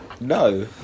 No